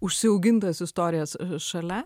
užsiaugintas istorijas šalia